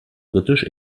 britisch